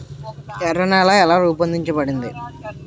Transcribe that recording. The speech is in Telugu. ఎర్ర నేల ఎలా రూపొందించబడింది?